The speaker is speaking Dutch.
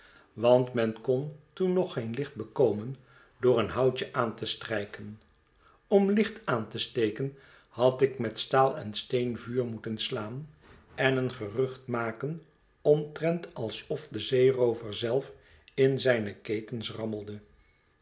want men kon toen nog geen lieht bekomen door een houtje aan te strijken om licht aan te steken had ik met staal en steen vuur moeten slaan en een gerucht maken omtrent alsof de zeeroover zelf in zijne ketens rammelde